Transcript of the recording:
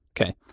Okay